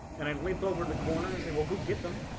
and i leapt over the corner and say well go get them